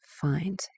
find